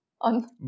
on